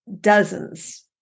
dozens